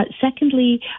Secondly